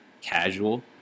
casual